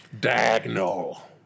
Diagonal